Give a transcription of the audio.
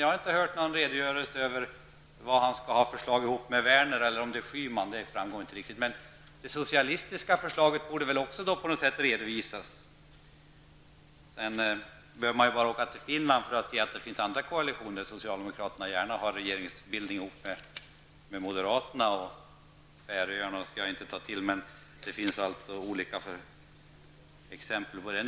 Jag har inte hört honom redogöra för vilka förslag han skall ha ihop med Werner -- eller om det nu är Schyman; det framgår inte riktigt. Det socialitiska förslaget borde väl redovisas på något sätt. Man behöver bara åka till Finland för att se att det finns en annan typ av koalition, där socialdemokraterna gärna regerar ihop med moderaterna. Jag skall inte nämna Färöarna. Men det finns andra exempel att anföra i detta sammanhang.